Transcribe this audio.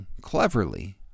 cleverly